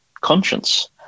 conscience